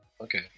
Okay